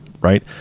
Right